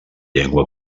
llengua